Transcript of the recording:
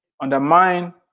undermine